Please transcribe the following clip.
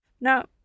Now